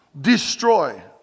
destroy